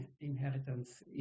inheritance